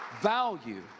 Value